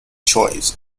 choice